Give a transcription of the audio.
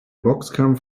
boxkampf